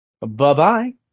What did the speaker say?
Bye-bye